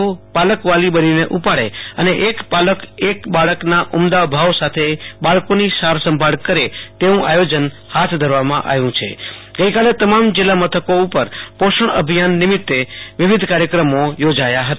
ઓ પાલક વાલી બનીને ઉપાડે અને એક પાલક એક બાળકના ઉમદા ભાવ સાથે બાળકોની સાર સંભાળ કરે તેવુ આયોજન હાથ ધરવામાં આવ્યુ છે ગઈકાલે તમામ જિલ્લા મથકો પર પોષણ અભિયાન નિમિતે વિવિધ કાર્યક્રમો યોજાયા હતા